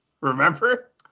Remember